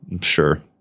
Sure